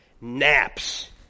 naps